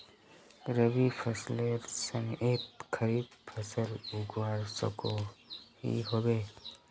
रवि फसलेर समयेत खरीफ फसल उगवार सकोहो होबे?